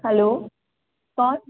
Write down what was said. hello कौन